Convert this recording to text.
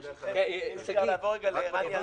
ברשותכם, אם אפשר לעבור רגע לערן יעקב.